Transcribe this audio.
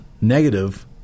negative